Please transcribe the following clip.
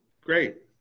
Great